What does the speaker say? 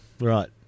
Right